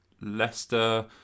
Leicester